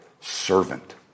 servant